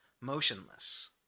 motionless